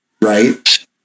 Right